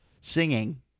Singing